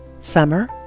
Summer